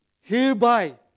Hereby